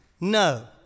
No